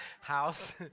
house